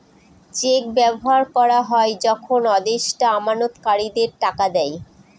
check ব্যবহার করা হয় যখন আদেষ্টা আমানতকারীদের টাকা দেয়